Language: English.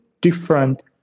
different